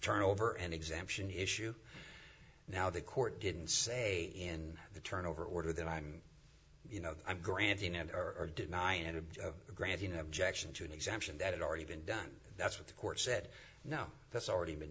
turn over an exemption issue now the court didn't say in the turnover order that i'm you know i'm granting it or denying it and granting objection to an exemption that had already been done that's what the court said no that's already been